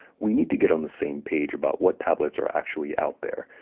we need to get on the same page about what tablets are actually out there.